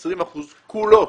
שה-20 אחוזים כולם,